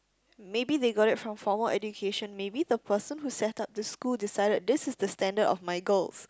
maybe they got it from formal education maybe the person who set up this school decided this is the standard of my girls